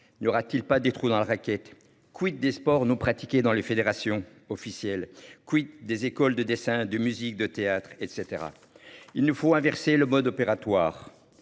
y aura-t-il pas des trous dans la raquette. Quid des sports nous pratiqués dans les fédérations officiel. Quid des écoles de dessin de musique de théâtre etc. Il nous faut inverser le mode opératoire.